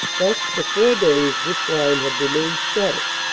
thus, for four days, this line had remained static,